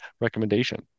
recommendation